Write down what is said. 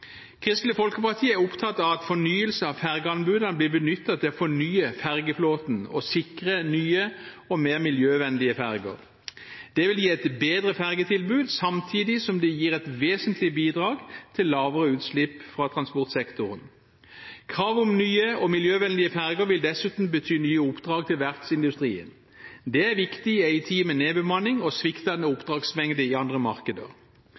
Kristelig Folkeparti er opptatt av at fornyelse av fergeanbudene blir benyttet til å fornye fergeflåten og sikre nye og mer miljøvennlige ferger. Det vil gi et bedre fergetilbud samtidig som det gir et vesentlig bidrag til lavere utslipp fra transportsektoren. Krav om nye og miljøvennlige ferger vil dessuten bety nye oppdrag til verftsindustrien. Det er viktig i en tid med nedbemanning og sviktende oppdragsmengde i andre markeder.